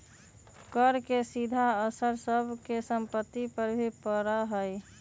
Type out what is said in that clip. कर के सीधा असर सब के सम्पत्ति पर भी पड़ा हई